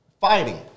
fighting